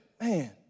Man